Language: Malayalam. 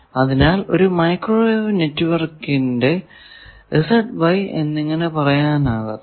അതിനാലാണ് ഒരു മൈക്രോവേവ് നെറ്റ്വർക്കിനെ Z Y എന്നിങ്ങനെ പറയാനാകാത്തത്